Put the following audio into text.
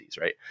right